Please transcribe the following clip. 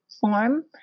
form